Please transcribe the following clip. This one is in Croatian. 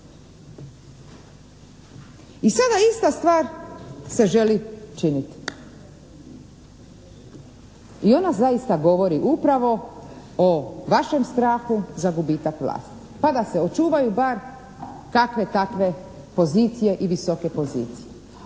I sada ista stvar se želi činiti. I ona zaista govori upravo o vašem stranku za gubitak vlasti. Pa da se očuvaju bar kakve takve pozicije i visoke pozicije.